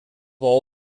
all